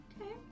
Okay